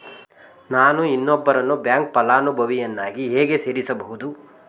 ನಾನು ಇನ್ನೊಬ್ಬರನ್ನು ಬ್ಯಾಂಕ್ ಫಲಾನುಭವಿಯನ್ನಾಗಿ ಹೇಗೆ ಸೇರಿಸಬಹುದು?